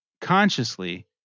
consciously